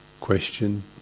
question